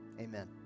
Amen